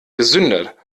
gesünder